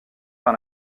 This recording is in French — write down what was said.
par